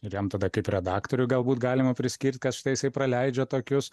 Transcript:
ir jam tada kaip redaktoriui galbūt galima priskirt kad štai jisai praleidžia tokius